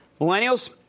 Millennials